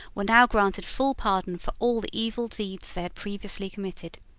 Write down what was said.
were now granted full pardon for all the evil deeds they had previously committed.